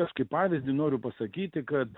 aš kaip pavyzdį noriu pasakyti kad